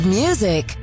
music